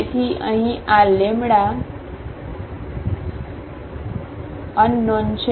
તેથી અહીં આ લેમ્બડા અનનોન છે